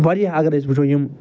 وارِیاہ اگر أسۍ وٕچھو یِم